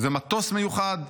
זה מטוס מיוחד,